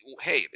hey